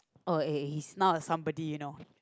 oh is now a somebody you know